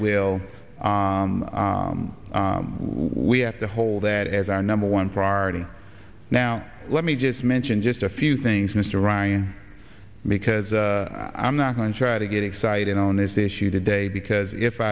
will we have to hold that as our number one priority now let me just mention just a few things mr ryan because i'm not going to try to get excited on this issue today because if